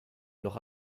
noch